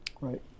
right